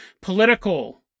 political